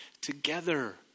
together